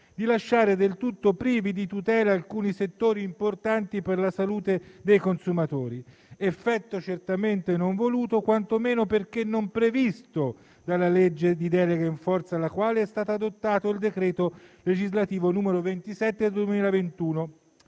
di lasciare del tutto privi di tutela alcuni settori importanti per la salute dei consumatori, effetto certamente non voluto, quantomeno perché non previsto dalla legge di delega, in forza alla quale è stato adottato il decreto legislativo n. 27 del 2021